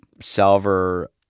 Salver